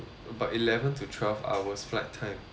about eleven to twelve hours flight time